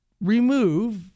remove